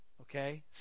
Okay